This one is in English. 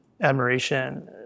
admiration